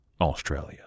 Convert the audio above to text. Australia